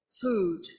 food